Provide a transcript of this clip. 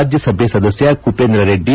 ರಾಜ್ಯಸಭೆ ಸದಸ್ಯ ಕುಪೇಂದ್ರ ರೆಡ್ಡಿ